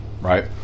right